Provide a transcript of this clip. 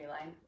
Line